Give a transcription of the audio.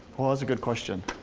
well it's a good question.